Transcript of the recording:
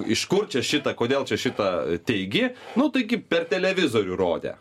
iš kur čia šitą kodėl čia šitą teigi nu taigi per televizorių rodė